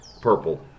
purple